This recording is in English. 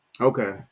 Okay